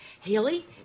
Haley